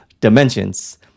dimensions